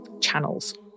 channels